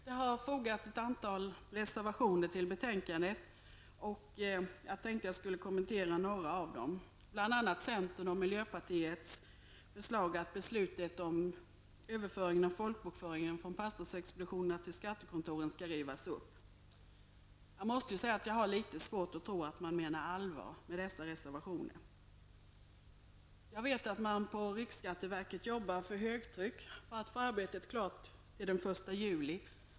Det har fogats ett antal reservationer till betänkandet. Jag tänkte kommentera några av dem, bl.a. centerns och miljöpartiets förslag att beslutet om överföring av folkbokföringen från pastorsexpeditionerna till skattekontoren skall rivas upp. Jag har litet svårt att tro att man menar allvar med dessa reservationer. Jag vet att man på riksskatteverket arbetar för högtryck för att få arbetet klart till den 1 juli.